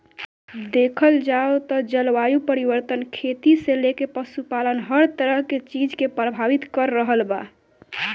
देखल जाव त जलवायु परिवर्तन खेती से लेके पशुपालन हर तरह के चीज के प्रभावित कर रहल बा